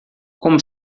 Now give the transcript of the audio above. como